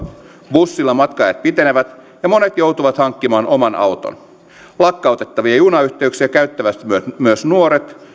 bussilla matka ajat pitenevät ja monet joutuvat hankkimaan oman auton lakkautettavia junayhteyksiä käyttävät myös nuoret